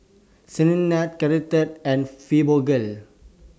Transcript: Ceradan Caltrate and Fibogel